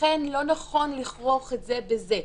ולכן לא נכון לכרוך את זה בזה.